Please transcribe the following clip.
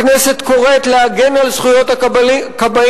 הכנסת קוראת להגן על זכויות הכבאים,